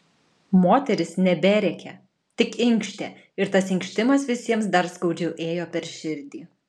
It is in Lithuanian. moteris neberėkė tik inkštė ir tas inkštimas visiems dar skaudžiau ėjo per širdį